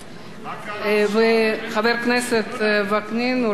חבר כנסת וקנין רוצה להודות.